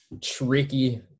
tricky